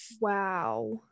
Wow